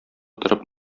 торып